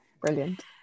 brilliant